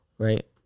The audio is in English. Right